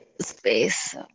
space